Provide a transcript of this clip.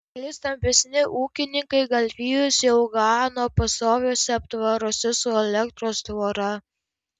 keli stambesni ūkininkai galvijus jau gano pastoviuose aptvaruose su elektros tvora